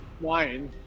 Wine